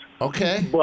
Okay